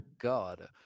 God